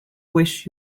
wish